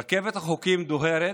רכבת החוקים דוהרת,